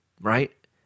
right